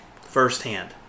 firsthand